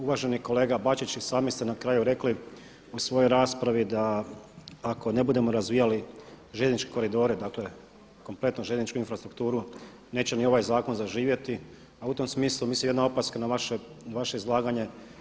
Uvaženi kolega Bačić, i sami ste na kraju rekli u svojoj raspravi da ako ne budemo razvijali željezničke koridore, dakle kompletnu željezničku infrastrukturu neće ni ovaj zakon zaživjeti a u tom smislu mislim jedna opaska na vaše izlaganje.